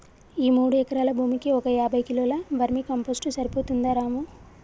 ఈ మూడు ఎకరాల భూమికి ఒక యాభై కిలోల వర్మీ కంపోస్ట్ సరిపోతుందా రాము